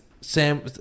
Sam